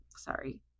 sorry